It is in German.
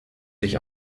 sich